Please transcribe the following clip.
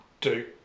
two